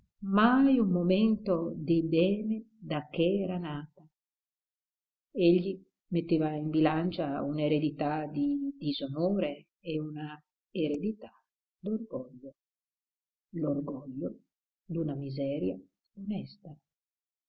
mai un momento di bene da che era nata egli metteva in bilancia un'eredità di disonore e una eredità d'orgoglio l'orgoglio d'una miseria onesta